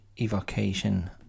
evocation